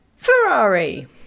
Ferrari